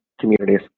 communities